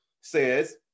says